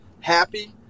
happy